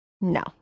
No